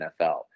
NFL